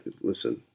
Listen